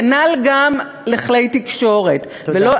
כנ"ל גם לכלי תקשורת, תודה.